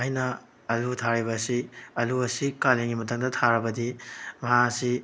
ꯑꯩꯅ ꯑꯥꯜꯂꯨ ꯊꯥꯔꯤꯕ ꯑꯁꯤ ꯑꯥꯜꯂꯨ ꯑꯁꯤ ꯀꯥꯂꯦꯟꯒꯤ ꯃꯇꯝꯗ ꯊꯥꯔꯕꯗꯤ ꯃꯍꯥꯛ ꯑꯁꯤ